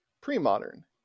pre-modern